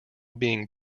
being